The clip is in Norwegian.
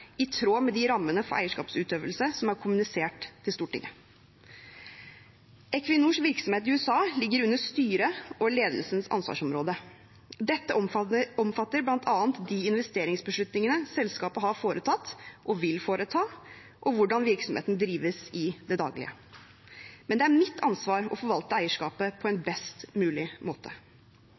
i tråd med de rammene for eierskapsutøvelse som er kommunisert til Stortinget. Equinors virksomhet i USA ligger under styrets og ledelsens ansvarsområde. Dette omfatter bl.a. de investeringsbeslutningene selskapet har foretatt og vil foreta, og hvordan virksomheten drives i det daglige. Men det er mitt ansvar å forvalte eierskapet på en best mulig måte.